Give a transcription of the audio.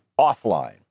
offline